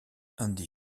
andy